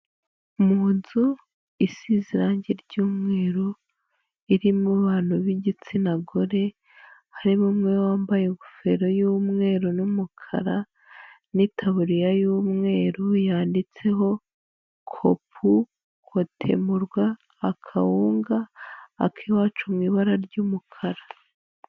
Mu nzu isize irangi ry'umweru irim abantu b'igitsina gore, harimo umwee wambaye ingofero y'umweru n'umukara, n'itaburiya y'umweru yanditseho kopu kotemurwa, akawunga ak'iwacu mu ibara ry'umukara.